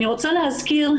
אני רוצה להזכיר,